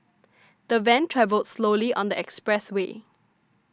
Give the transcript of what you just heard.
the van travelled slowly on the expressway